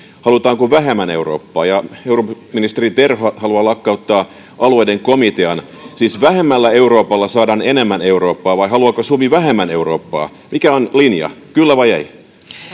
halutaanko vähemmän eurooppaa ja eurooppaministeri terho haluaa lakkauttaa alueiden komitean siis vähemmällä euroopalla saadaan enemmän eurooppaa vai haluaako suomi vähemmän eurooppaa mikä on linja kyllä vai